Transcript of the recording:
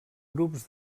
grups